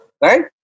Right